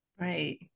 right